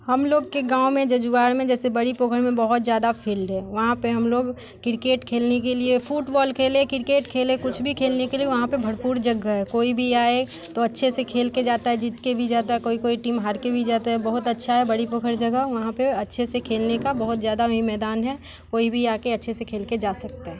हम लोग के गाँव में जजुआर में जैसे बड़ी पोखर में बहुत ज़्यादा फिल्ड है वहाँ पे हम लोग क्रिकेट खेलने के लिए फुटबॉल खेले क्रिकेट खेले कुछ भी खेलने के लिए वहाँ पे भरपूर जगह है कोई भी आए तो अच्छे से खेल के जाता है जीत के भी जाता है कोई कोई टीम हार के भी जाता है बहुत अच्छा बड़ी पोखर जगह वहाँ पे अच्छे से खेलने का बहुत ज़्यादा भी मैदान है कोई भी आके अच्छे से खेल के जा सकता है